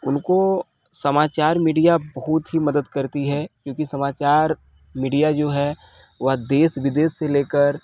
उनको समाचार मीडिया बहुत ही मदद करती है क्योंकि समाचार मीडिया जो है वह देश विदेश से लेकर